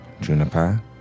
Juniper